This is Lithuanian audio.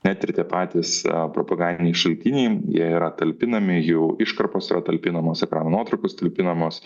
net ir tie patys propagandiniai šaltiniai jie yra talpinami jų iškarpos yra talpinamos yra ir nuotraukos talpinamos